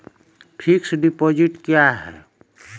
Fixed deposit क्या हैं?